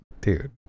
dude